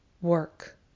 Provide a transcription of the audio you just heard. work